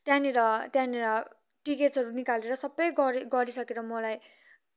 त्यहाँनिर त्यहाँनिर टिकेट्स निकालेर सबै गरि गरिसकेर मलाई